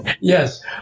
Yes